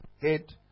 head